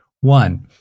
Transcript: one